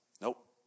Nope